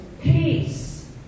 peace